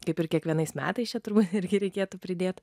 kaip ir kiekvienais metais čia turbūt irgi reikėtų pridėti